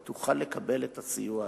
תוכל לקבל את הסיוע הדרוש.